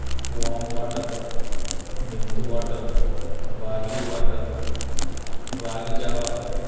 warm water మెంతి water barley water ragi Java